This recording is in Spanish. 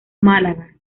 málaga